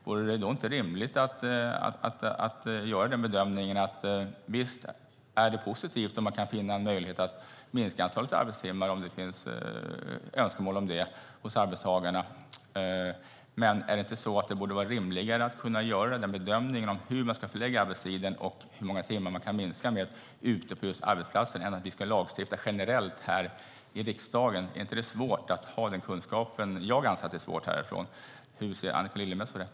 Vore det inte rimligt att göra bedömningen att det är positivt att om det finns önskemål om det från arbetstagarna kunna minska antalet arbetstimmar? Men borde det inte vara rimligare att på arbetsplatsen bedöma hur arbetstiden ska förläggas och med hur många timmar den kan minskas än att vi här i riksdagen generellt lagstiftar om det? Är det inte svårt att ha den kunskapen? Jag anser att det är svårt här från riksdagen. Hur ser Annika Lillemets på detta?